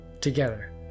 together